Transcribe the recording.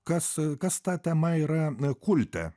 kas kas ta tema yra kulte